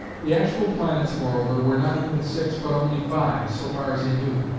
the actual planets moreover were not even six but only five, so far as he knew,